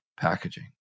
packaging